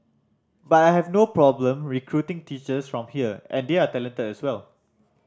but I have no problem recruiting teachers from here and they are talented as well